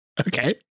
Okay